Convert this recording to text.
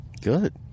good